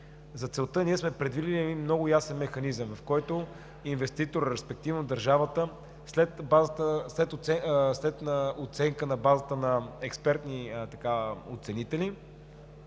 За целта сме предвидили много ясен механизъм, в който инвеститорът, респективно държавата, след оценка на базата на експертни оценители